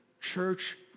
church